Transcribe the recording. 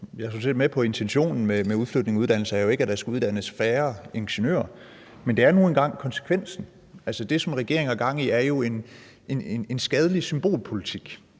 set med på, at intentionen med udflytningen af uddannelser ikke er, at der skal uddannes færre ingeniører, men det er nu engang konsekvensen. Altså, det, som regeringen har gang i, er jo en skadelig symbolpolitik.